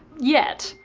yet.